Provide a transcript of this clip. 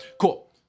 cool